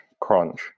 Crunch